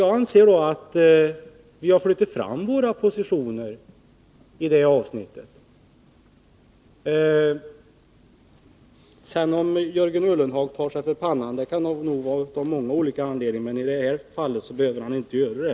Jag anser att vi har flyttat fram våra positioner i det avseendet. Om sedan Jörgen Ullenhag tar sig för pannan, så kan han nog ha många olika anledningar till det. Men i det här fallet behöver han inte göra det.